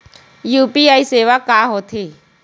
UPI सेवा का होथे?